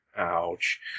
ouch